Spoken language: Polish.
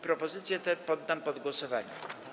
Propozycję tę poddam pod głosowanie.